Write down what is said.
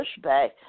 pushback